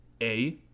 A-